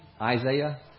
Isaiah